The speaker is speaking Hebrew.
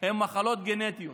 הן מחלות גנטיות.